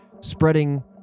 spreading